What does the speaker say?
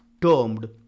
termed